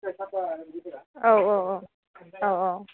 औ औ औ